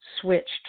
switched